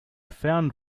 found